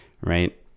right